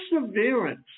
perseverance